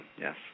yes